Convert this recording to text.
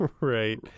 Right